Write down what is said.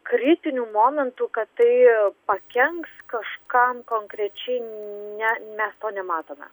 kritinių momentų kad tai pakenks kažkam konkrečiai ne mes to nematome